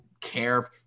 care